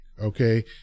okay